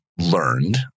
learned